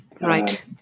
Right